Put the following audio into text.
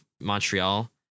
Montreal